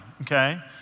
okay